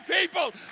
people